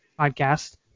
podcast